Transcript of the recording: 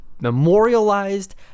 memorialized